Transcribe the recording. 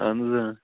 اہن حظ آ